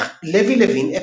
לוי לוין אפשטיין.